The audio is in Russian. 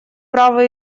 права